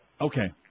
Okay